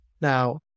now